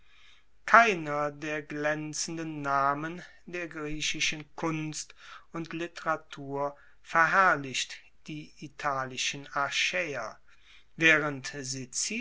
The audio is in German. keiner der glaenzenden namen der griechischen kunst und literatur verherrlicht die italischen achaeer waehrend